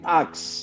acts